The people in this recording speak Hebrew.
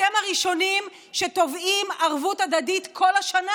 אתם הראשונים שתובעים ערבות הדדית כל השנה.